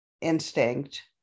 instinct